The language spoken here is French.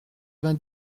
vingt